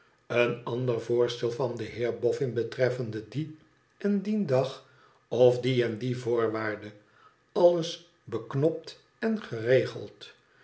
een ander voorstel van den heer boffin betreffende dien en dien dag of die en die voorwaarde alles beknopt en geregeld